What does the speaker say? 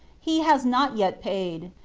he has not yet paid.